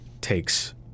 takes